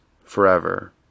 forever